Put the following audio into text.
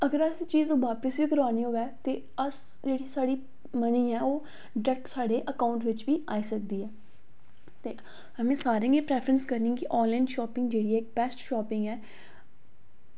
अगर अस चीज ओह् बापिस वी करानी होऐ ते अस जेह्ड़ी साढ़ी मनी ऐ ओह् डायरेक्ट साढ़े अकाउंट बिच बी आई सकदी ऐ ते में सारें गी एह् प्रेफ्रेंस करनी कि आनलाईन शापिंग जेह्ड़ी ऐ इक बैस्ट शापिंग ऐ